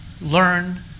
learn